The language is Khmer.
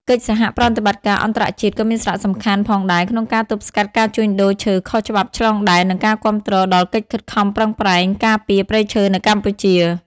កិច្ចសហប្រតិបត្តិការអន្តរជាតិ ក៏មានសារៈសំខាន់ផងដែរក្នុងការទប់ស្កាត់ការជួញដូរឈើខុសច្បាប់ឆ្លងដែន និងការគាំទ្រដល់កិច្ចខិតខំប្រឹងប្រែងការពារព្រៃឈើនៅកម្ពុជា។